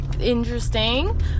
interesting